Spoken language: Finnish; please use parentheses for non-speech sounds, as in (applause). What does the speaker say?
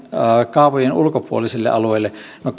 kaavojen ulkopuolisille alueille no (unintelligible)